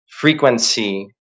frequency